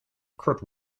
kurt